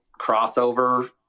crossover